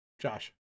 Josh